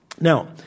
Now